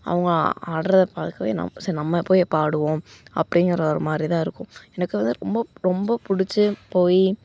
அவங்க ஆடுறத பார்க்கவே நமக்கு சரி நம்ம போய் எபபோ ஆடுவோம் அப்படிங்கற ஒரு மாதிரிதான் இருக்கும் எனக்கு வந்து ரொம்ப ரொம்ப பிடிச்சே போய்